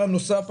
דבר נוסף,